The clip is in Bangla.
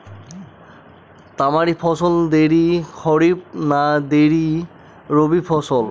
তামারি ফসল দেরী খরিফ না দেরী রবি ফসল?